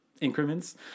increments